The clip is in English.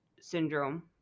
Syndrome